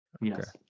Yes